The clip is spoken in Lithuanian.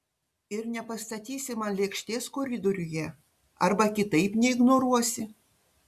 ir nepastatysi man lėkštės koridoriuje arba kitaip neignoruosi